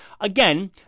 Again